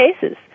cases